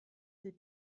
des